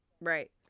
Right